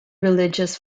religious